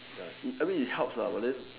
ya it I mean it helps lah but then